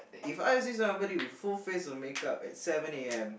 If I would see somebody with full face of makeup at seven a_m